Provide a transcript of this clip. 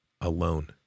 alone